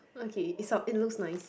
okay it it looks nice